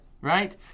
right